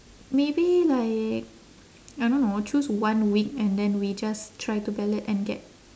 maybe like I don't know choose one week and then we just try to ballot and get